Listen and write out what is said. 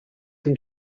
and